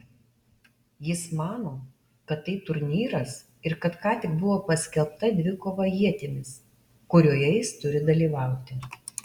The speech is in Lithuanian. jis mano kad tai turnyras ir kad ką tik buvo paskelbta dvikova ietimis kurioje jis turi dalyvauti